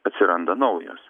atsiranda naujos